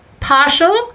partial